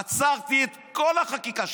עצרתי את כל החקיקה.